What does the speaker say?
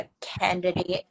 candidate